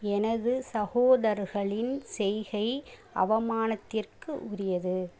எனது சகோதரர்களின் செய்கை அவமானத்திற்குரியது